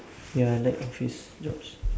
ya I like office jobs